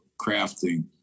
crafting